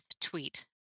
tweet